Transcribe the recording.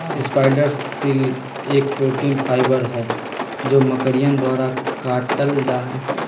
spider silk एक protein fibre हई जो मकड़ियन द्वारा कातल जाहई